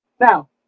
Now